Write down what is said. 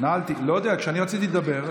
כשאני רציתי לדבר,